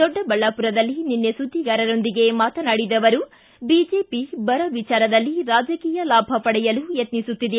ದೊಡ್ಡಬಳ್ಳಾಪುರದಲ್ಲಿ ನಿನ್ನೆ ಸುದ್ದಿಗಾರರೊಂದಿಗೆ ಮಾತನಾಡಿದ ಅವರು ಬಿಜೆಪಿ ಬರ ವಿಚಾರದಲ್ಲಿ ರಾಜಕೀಯ ಲಾಭ ಪಡೆಯಲು ಯತ್ನಿಸುತ್ತಿದೆ